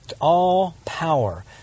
all-power